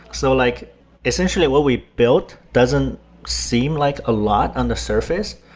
so like essentially what we built doesn't seem like a lot on the surface,